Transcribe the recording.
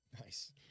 Nice